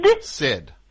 Sid